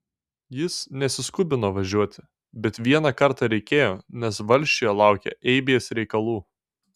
jis nesiskubino važiuoti bet vieną kartą reikėjo nes valsčiuje laukią eibės reikalų